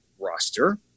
roster